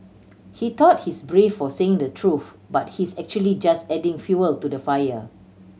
he thought he's brave for saying the truth but he's actually just adding fuel to the fire